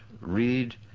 read